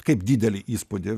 kaip didelį įspūdį